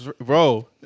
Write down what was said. Bro